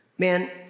Man